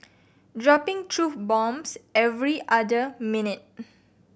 dropping truth bombs every other minute